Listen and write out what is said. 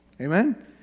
Amen